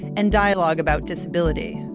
and dialogue about disability.